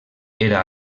era